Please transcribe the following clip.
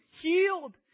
healed